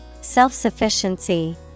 Self-sufficiency